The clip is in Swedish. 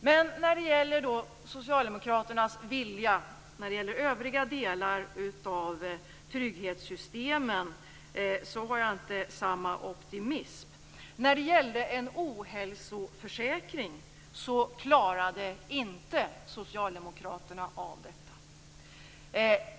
Men när det gäller socialdemokraternas vilja i fråga om övriga delar av trygghetssystemen har jag inte samma optimism. När det gällde en ohälsoförsäkring klarade inte socialdemokraterna av detta.